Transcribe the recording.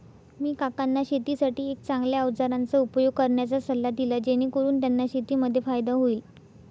मी काकांना शेतीसाठी एक चांगल्या अवजारांचा उपयोग करण्याचा सल्ला दिला, जेणेकरून त्यांना शेतीमध्ये फायदा होईल